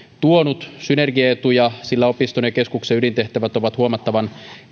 tuonut synergiaetuja sillä opiston ja keskuksen ydintehtävät ovat huomattavan